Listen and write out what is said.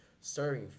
serving